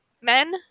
Men